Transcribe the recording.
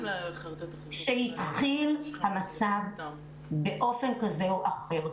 --- כשהתחיל המצב באופן כזה או אחר,